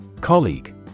Colleague